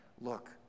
look